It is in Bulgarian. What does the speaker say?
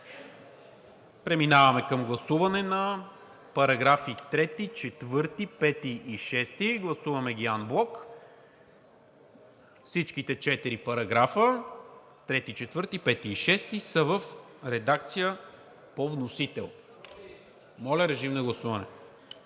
Преминаваме към гласуване на параграфи 3, 4, 5 и 6. Гласуваме ги анблок. Всичките четири параграфа – 3, 4, 5 и 6, са в редакция по вносител. Гласували